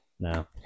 No